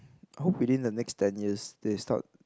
I hope within the next ten years they start